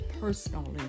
personally